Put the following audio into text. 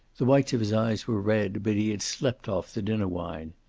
the whites of his eyes were red, but he had slept off the dinner wine.